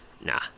Nah